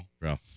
Bro